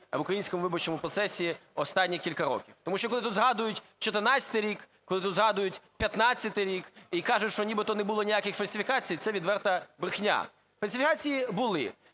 в українському виборчому процесі останні кілька років. Тому що, коли тут згадують 14-й рік, коли тут згадують 15-й рік і кажуть, що, нібито, не було ніяких фальсифікацій – це відверта брехня. Фальсифікації були.